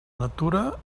natura